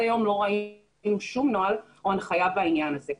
היום לא ראינו כל נוהל או הנחיה בעניין הזה.